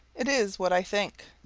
it is what i think.